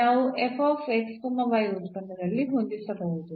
ನಾವು ಉತ್ಪನ್ನದಲ್ಲಿ ಹೊಂದಿಸಬಹುದು